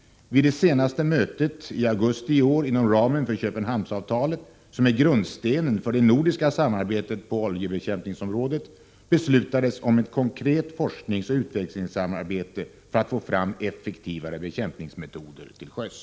Vid det senaste mötet i augusti i år inom ramen för Köpenhamnsavtalet, som är grundstenen i det nordiska samarbetet på oljebekämpningsområdet, beslutades om ett konkret forskningsoch utvecklingssamarbete för att få fram effektivare bekämpningsmetoder till sjöss.